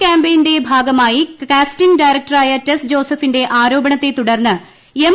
ക്യാമ്പയിന്റെ ഭാഗമായി കാസ്റ്റിങ്ങ് ഡയറക്ടറായ ടെസ് ജോസഫിന്റെ ആരോപണത്തെ തുടർന്ന് എം